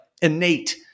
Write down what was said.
innate